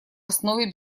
основе